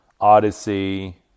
Odyssey